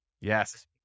Yes